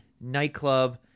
nightclub